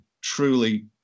truly